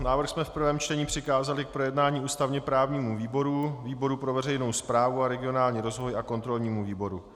Návrh jsme v prvém čtení přikázali k projednání ústavněprávnímu výboru, výboru pro veřejnou správu a regionální rozvoj a kontrolnímu výboru.